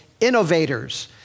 innovators